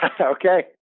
Okay